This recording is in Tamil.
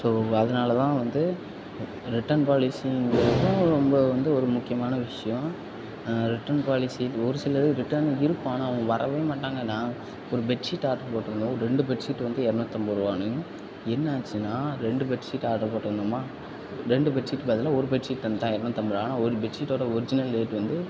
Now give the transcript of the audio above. ஸோ அதுனால தான் வந்து ரி ரிட்டன் பாலிசிங்கறதும் ரொம்ப வந்து ஒரு முக்கியமான விஷயம் ரிட்டன் பாலிசி ஒரு சிலது ரிட்டன் இருக்கும் ஆனால் அவங்க வரவே மாட்டாங்க நான் ஒரு பெட்ஷீட் ஆட்ரு போட்டுருந்தேன் ஒரு ரெண்டு பெட்ஷீட் வந்து இரநூத்தம்பதுருவான்னு என்னாச்சுன்னா ரெண்டு பெட்ஷீட் ஆர்டர் போட்ருந்தோம்மா ரெண்டு பெட்ஷீட்டுக்கு பதிலாக ஒரு பெட்ஷீட் ரெண்டாயிரன்னு தந்தான் ஆனால் ஒரு பெட்ஷீட்டோட ஒரிஜினல் ரேட் வந்து